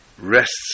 rests